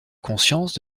conscience